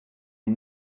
est